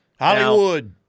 Hollywood